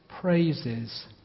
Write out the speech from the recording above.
praises